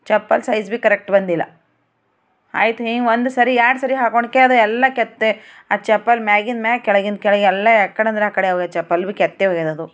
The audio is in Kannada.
ಚಪ್ಪಲ್ ಸೈಜ್ ಬಿ ಕರೆಕ್ಟ್ ಬಂದಿಲ್ಲ ಆಯ್ತು ನೀವು ಒಂದು ಸರಿ ಯಾಡ್ ಸರಿ ಹಾಕೊಂಡಿಕ್ಕೆ ಅದು ಎಲ್ಲ ಕೆತ್ತೆ ಆ ಚಪ್ಪಲಿ ಮ್ಯಾಗಿಂದ ಮ್ಯಾಗ ಕೆಳಗಿಂದ ಕೆಳಗೆ ಎಲ್ಲ ಯಕ್ಕಡೆ ಅಂದರೆ ಅಕ್ಕಡೆ ಆಗೋಯ್ತು ಚಪ್ಪಲಿ ಎಲ್ಲ ಕಿತ್ತೆ ಹೋಗ್ಯವದು